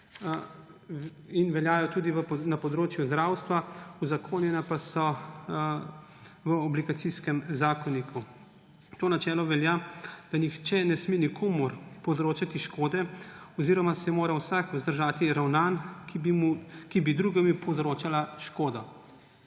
veljajo tudi na področju zdravstva, uzakonjena pa so v Obligacijskem zakoniku. To načelo pomeni, da nihče ne sme nikomur povzročati škode oziroma se mora vsak vzdržati ravnanj, ki bi drugemu povzročala škodo.